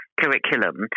Curriculum